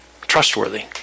trustworthy